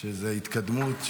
שיש התקדמות.